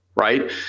right